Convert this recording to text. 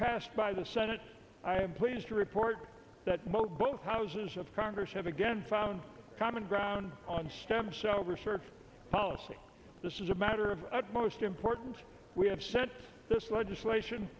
sed by the senate i'm pleased to report that both both houses of congress have again found common ground on stem cell research policy this is a matter of utmost importance we have sent this legislation